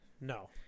No